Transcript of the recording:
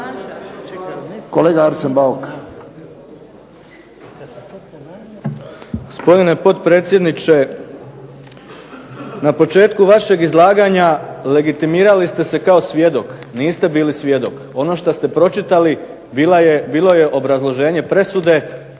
Kolega Arsen Bauk.